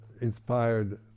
inspired